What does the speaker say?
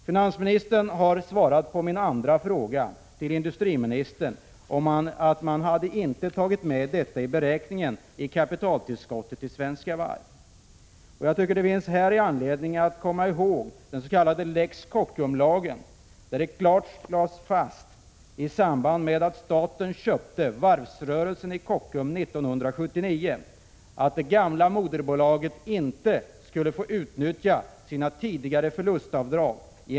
Finansministern har svarat på min andra fråga till industriministern, att man inte hade tagit med försäljningen av statliga förlustbolag i beräkningen av kapitaltillskottet till Svenska Varv. Jag tycker att det finns anledning att komma ihåg den s.k. lex Kockum, där det genom en explicit lagstiftning i samband med att staten köpte varvsrörelsen i Kockums 1979 klart lades fast att det gamla moderbolaget inte skulle få utnyttja sina tidigare förlustavdrag.